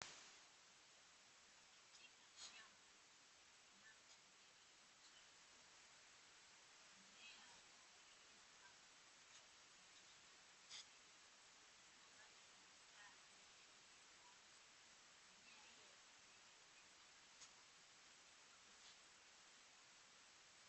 Katika shambakilimo cha mmea iliyo pandwa kwenye chupa za plastiki ikiwa ni pamoja na kuwezesha kuota vizuri kwa ajili ya kuvuna kwa matumizi mbalimbali.